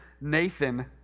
Nathan